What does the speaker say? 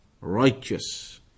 righteous